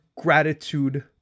gratitude